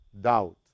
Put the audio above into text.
doubt